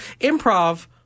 improv